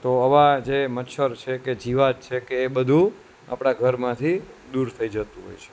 તો આવા જે મચ્છર છે કે જીવાત છે કે બધું આપણા ઘરમાંથી દૂર થઈ જતું હોય છે